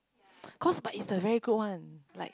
cause but it's a very good one like